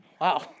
Wow